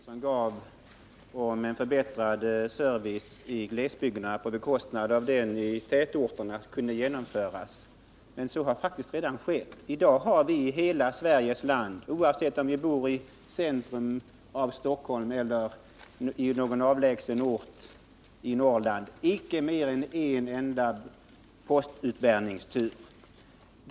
Herr talman! Det vore naturligtvis bra om en förbättrad postservice för människorna i glesbygderna av det slag som Tore Nilsson talade om kunde genomföras. Men på sätt och vis har det faktiskt redan skett. Ingenstans, varkenii tätorterna eller i någon avlägsen ort i detta land, förekommer mer än en enda postutbärningstur per dag.